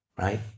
Right